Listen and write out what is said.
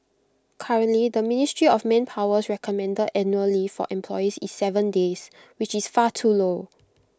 currently the ministry of Manpower's recommended annual leave for employees is Seven days which is far too low